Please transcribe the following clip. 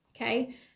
Okay